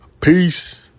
Peace